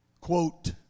quote